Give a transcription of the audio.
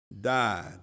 died